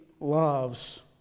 loves